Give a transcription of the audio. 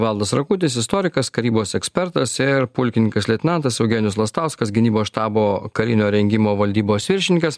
valdas rakutis istorikas karybos ekspertas ir pulkininkas leitenantas eugenijus lastauskas gynybos štabo karinio rengimo valdybos viršininkas